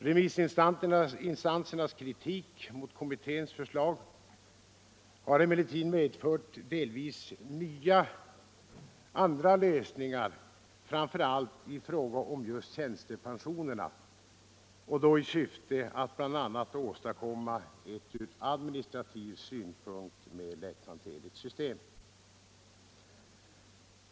Remissinstansernas kritik mot kommitténs förslag har emellertid medfört delvis nya lösningar, framför allt i fråga om just tjänstepensionerna, i syfte att bl.a. åstadkomma ett från administrativ synpunkt mer lätthanterligt system.